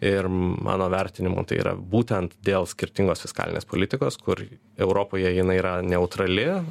ir mano vertinimu tai yra būtent dėl skirtingos fiskalinės politikos kur europoje jinai yra neutrali